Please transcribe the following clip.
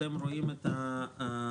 אתם רואים את התמונה.